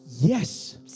Yes